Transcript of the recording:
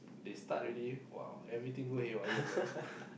they start already !wow! everything go haywire bro